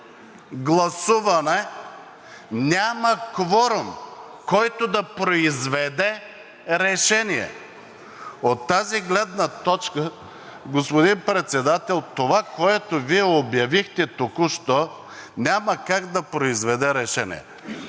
гласуване няма кворум, който да произведе решение. От тази гледна точка, господин Председател, това, което Вие обявихте току-що, няма как да произведе решение.